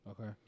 Okay